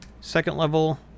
second-level